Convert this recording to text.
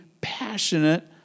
passionate